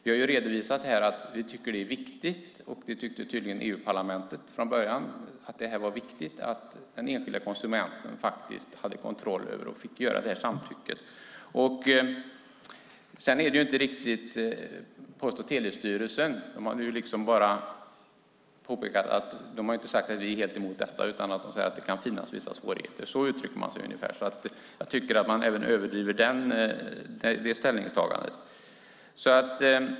Vi har ju redovisat här att vi tycker att det är viktigt - och det tyckte tydligen EU-parlamentet från början - att den enskilde konsumenten faktiskt har kontroll och får ge det här samtycket. Post och telestyrelsen har inte sagt att de är helt emot detta, utan de har sagt att det kan finnas vissa svårigheter. Så uttrycker de sig ungefär. Därför tycker jag att man överdriver det ställningstagandet.